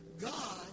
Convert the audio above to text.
God